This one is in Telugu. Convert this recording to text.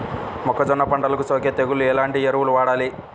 మొక్కజొన్న పంటలకు సోకే తెగుళ్లకు ఎలాంటి ఎరువులు వాడాలి?